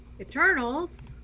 eternals